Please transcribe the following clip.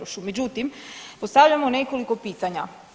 Međutim, postavljamo nekoliko pitanja.